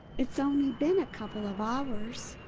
it's only been a couple of hours!